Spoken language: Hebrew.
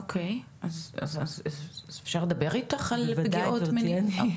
אוקיי, אז אפשר לדבר איתך על פגיעות מיניות?